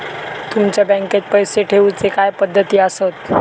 तुमच्या बँकेत पैसे ठेऊचे काय पद्धती आसत?